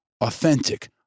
authentic